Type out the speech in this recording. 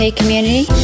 community